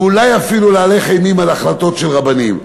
ואולי אפילו להלך אימים על החלטות של רבנים.